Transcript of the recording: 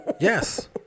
Yes